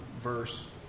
verse